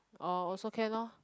oh also can lor